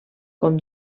com